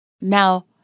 Now